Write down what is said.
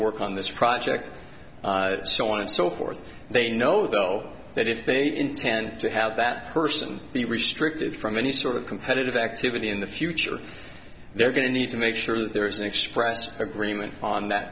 work on this project so on and so forth they know though that if they intend to have that person be restricted from any sort of competitive activity in the future they're going to need to make sure that there is an expressed agreement on that